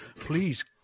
Please